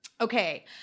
Okay